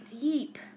Deep